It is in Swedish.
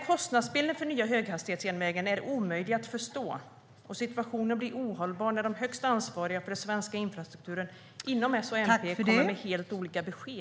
Kostnadsbilden för den nya höghastighetsjärnvägen är omöjlig att förstå, och situationen blir ohållbar när de högst ansvariga för den svenska infrastrukturen inom S och MP kommer med helt olika besked.